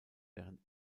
während